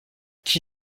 qui